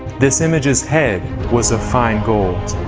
this image's head was of fine gold,